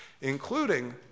including